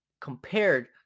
Compared